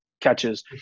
catches